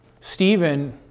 Stephen